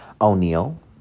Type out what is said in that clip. O'Neill